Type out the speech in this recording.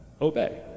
obey